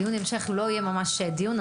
דיון ההמשך לא יהיה ממש דיון.